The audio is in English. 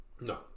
No